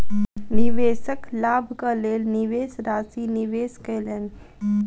निवेशक लाभक लेल निवेश राशि निवेश कयलैन